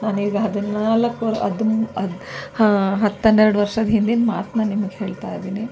ನಾನೀಗ ಹದಿನಾಲ್ಕು ಅದ್ಮು ಅದು ಹತ್ತು ಹನ್ನೆರಡು ವರ್ಷದ ಹಿಂದಿನ ಮಾತು ನಾನು ನಿಮಗೆ ಹೇಳ್ತಾಯಿದ್ದೀನಿ